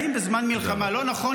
האם בזמן מלחמה לא נכון